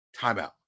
Timeout